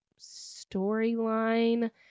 storyline